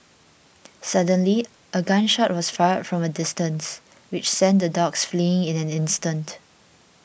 suddenly a gun shot was fired from a distance which sent the dogs fleeing in an instant